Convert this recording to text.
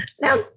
Now